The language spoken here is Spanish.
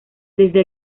desde